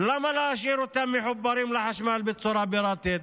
למה להשאיר אותם מחוברים לחשמל בצורה פיראטית?